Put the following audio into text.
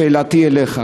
שאלתי אליך,